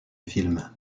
film